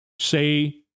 Say